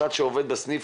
לאנשים.